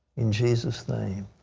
in jesus' name.